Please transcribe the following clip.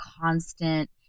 constant